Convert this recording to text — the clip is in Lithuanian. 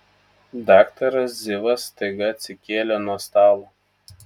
daktaras zivas staiga atsikėlė nuo stalo